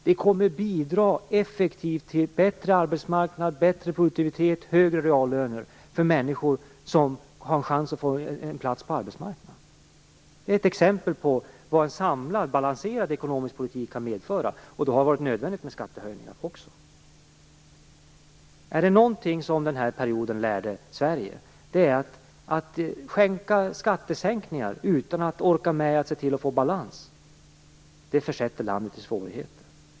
Det kommer effektivt att bidra till bättre arbetsmarknad, bättre produktivitet och högre reallöner för människor som har en chans att få en plats på arbetsmarknaden. Det är ett exempel på vad en samlad och balanserad ekonomisk politik kan medföra, och då har det varit nödvändigt med skattehöjningar också. Om det är något som den här perioden har lärt Sverige så är det att om man genomför skattesänkningar utan att man orkar med att se till att få balans, så försätter man landet i svårigheter.